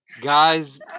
Guys